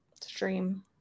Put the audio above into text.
Stream